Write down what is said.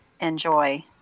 enjoy